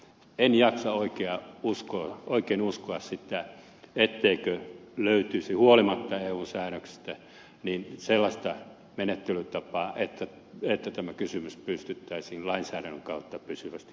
en jaksa oikein uskoa sitä ettei löytyisi huolimatta eun säännöksistä sellaista menettelytapaa että tämä kysymys pystyttäisiin lainsäädännön kautta pysyvästi ratkaisemaan